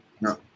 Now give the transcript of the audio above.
No